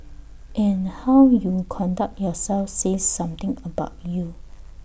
and how you conduct yourself says something about you